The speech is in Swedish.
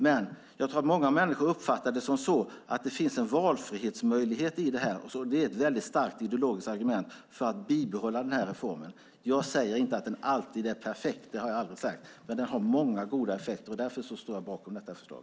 Men jag tror att många människor uppfattar att det finns en valfrihetsmöjlighet i detta. Det är ett starkt ideologiskt argument för att bibehålla denna reform. Jag säger inte att den alltid är perfekt. Det har jag aldrig sagt. Men den har många goda effekter, och därför står jag bakom detta förslag.